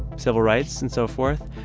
civil rights and so forth,